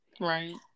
Right